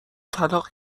طلاق